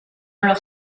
alors